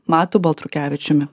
matu baltrukevičiumi